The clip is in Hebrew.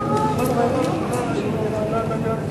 תשלום פיצויים שנפסקו לטובת קטין שניזוק מעבירה),